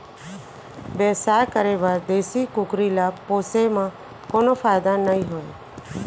बेवसाय करे बर देसी कुकरी ल पोसे म कोनो फायदा नइ होवय